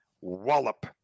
wallop